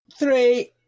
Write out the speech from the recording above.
Three